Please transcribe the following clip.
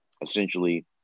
essentially